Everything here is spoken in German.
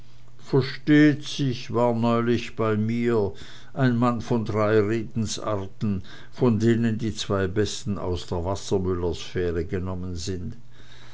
versteht sich war neulich bei mir ein mann von drei redensarten von denen die zwei besten aus der wassermüllersphäre genommen sind